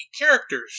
characters